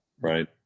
right